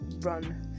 run